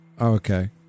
Okay